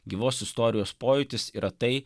gyvos istorijos pojūtis yra tai